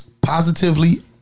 positively